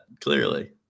clearly